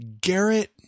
Garrett